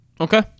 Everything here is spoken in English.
Okay